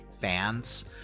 fans